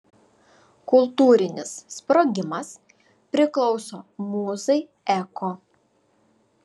kultūrinis sprogimas priklauso mūzai eko